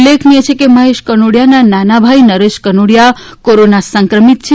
ઉલ્લેખનીય છે કે મહેશ કનોડીયાના નાના ભાઈ નરેશ કનોડીયા કોરોના સંક્રમીત છે